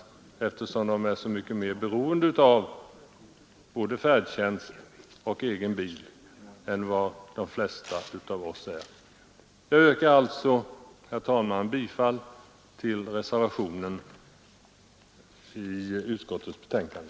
De handikappade är ju också mycket mer beroende av både färdtjänst och egen bil än de flesta av oss. Jag yrkar alltså, herr talman, bifall till reservationen vid utskottets betänkande.